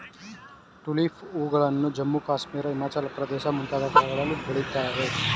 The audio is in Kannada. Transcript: ಟುಲಿಪ್ ಹೂಗಳನ್ನು ಜಮ್ಮು ಕಾಶ್ಮೀರ, ಹಿಮಾಚಲ ಪ್ರದೇಶ ಮುಂತಾದ ಕಡೆಗಳಲ್ಲಿ ಬೆಳಿತಾರೆ